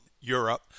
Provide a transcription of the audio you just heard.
Europe